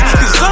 Cause